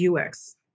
UX